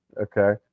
Okay